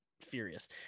furious